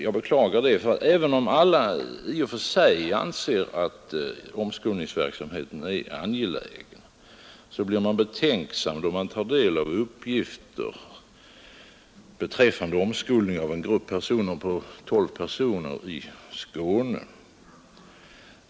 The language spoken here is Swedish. Jag beklagar det, för även om alla i och för sig anser att omskolningsverksamheten är angelägen blir man betänksam, då man tar del av uppgifter beträffande omskolning av en grupp på tolv personer i Skåne.